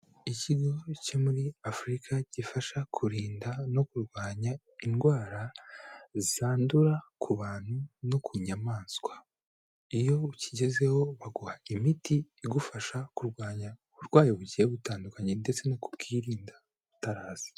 Ikigo cyo muri Afurika gifasha kurinda no kurwanya indwara zandura ku bantu no ku nyamaswa, iyo ukigezeho baguha imiti igufasha kurwanya uburwayi bugiye butandukanye ndetse no kubwirinda butaraza.